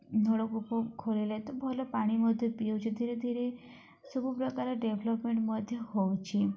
ନଳକୂପ ଖୋଳିଲେ ତ ଭଲ ପାଣି ମଧ୍ୟ ପିଉଛି ଧୀରେ ଧୀରେ ସବୁପ୍ରକାର ଡେଭ୍ଲପ୍ମେଣ୍ଟ୍ ମଧ୍ୟ ହେଉଛିି